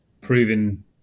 proving